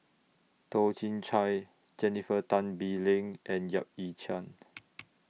Toh Chin Chye Jennifer Tan Bee Leng and Yap Ee Chian